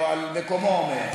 או על מקומו עומד.